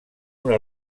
una